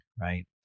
right